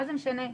מה שאתם רוצים.